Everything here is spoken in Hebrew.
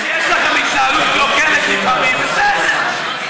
זה שיש לכם התנהלות קלוקלת לפעמים, בסדר.